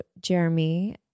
Jeremy